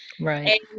right